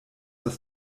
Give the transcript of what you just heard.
das